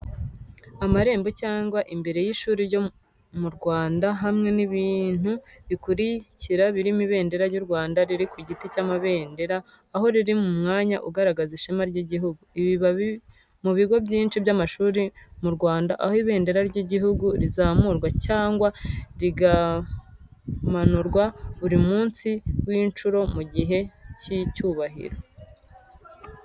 Amarembo cyangwa imbere y’ishuri ryo mu Rwanda hamwe n’ibintu bikurikira birimo ibendera ry'Urwanda riri ku giti cy'amabendera aho riri mu mwanya ugaragaza ishema ry'igihugu. Ibi biba mu bigo byinshi by’amashuri mu Rwanda aho ibendera ry’igihugu rizamurwa cyangwa rigamanurwa buri munsi w’ishuri mu gihe cy’icyubahiro.